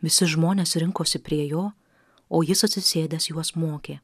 visi žmonės rinkosi prie jo o jis atsisėdęs juos mokė